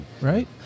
Right